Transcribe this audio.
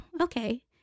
okay